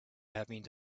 having